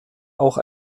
auch